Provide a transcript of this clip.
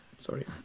Sorry